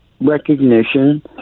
recognition